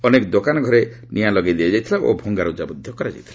ଅନେକ ଦୋକାନ ଘରେ ନିଆଁ ଲଗାଇ ଦିଆଯାଇଛି ଓ ଭଙ୍ଗାରୁଜା କରାଯାଇଛି